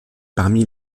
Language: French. parmi